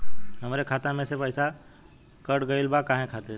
हमरे खाता में से पैसाकट गइल बा काहे खातिर?